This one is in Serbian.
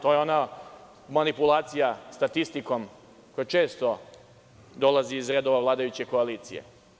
To je ona manipulacija statistikom koja često dolazi iz redova vladajuće koalicije.